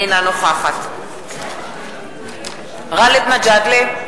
אינה נוכחת גאלב מג'אדלה,